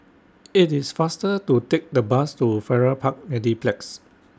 IT IS faster to Take The Bus to Farrer Park Mediplex